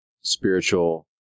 spiritual